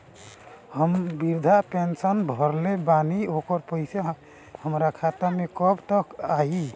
हम विर्धा पैंसैन भरले बानी ओकर पईसा हमार खाता मे कब तक आई?